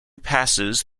passes